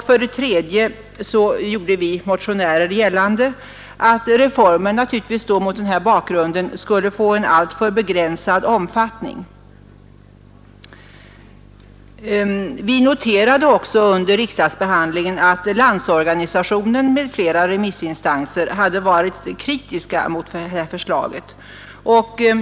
För det tredje gjorde vi motionärer gällande att reformerna naturligtvis mot denna bakgrund skulle få en alltför begränsad omfattning. Vi noterade också under riksdagsbehandlingen förra året att Landsorganisationen m.fl. remissinstanser hade varit kritiska mot detta förslag.